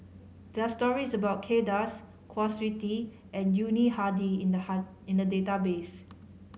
there are stories about Kay Das Kwa Siew Tee and Yuni Hadi in the in the database